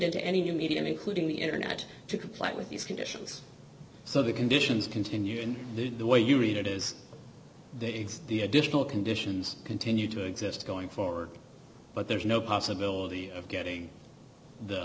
into any new medium including the internet to comply with these conditions so the conditions continue in the way you read it is the additional conditions continue to exist going forward but there is no possibility of getting the